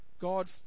God